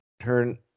Turn